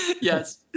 yes